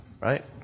Right